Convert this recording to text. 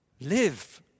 Live